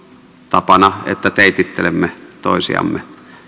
tapana että teitittelemme toisiamme